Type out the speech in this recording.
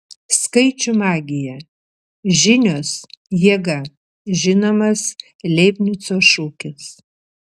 skaičių magija žinios jėga žinomas leibnico šūkis